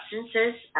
substances